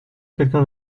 quelqu’un